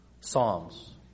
Psalms